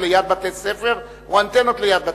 ליד בתי-ספר או אנטנות ליד בתי-ספר?